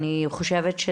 אני חושבת,